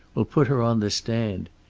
we'll put her on the stand.